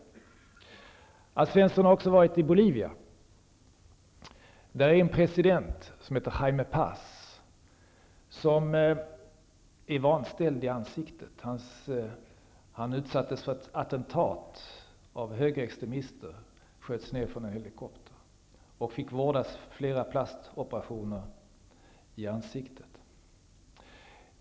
Alf Svensson har också varit i Bolivia. Där heter presidenten Jaime Paz, och han är vanställd i ansiktet efter ha utsatts för ett attentat av högerextremister. Han sköts ned från en helikopter, fick vårdas och genomgå flera plastikoperationer i ansiktet.